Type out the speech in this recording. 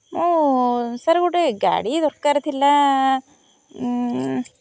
ମୁଁ ସାର୍ ଗୋଟେ ଗାଡ଼ି ଦରକାର ଥିଲା